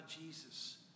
Jesus